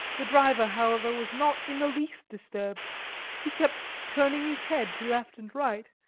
the driver, however, was not in the least disturbed he kept turning his head to left and right,